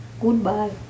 Goodbye